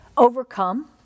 Overcome